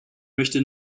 möchte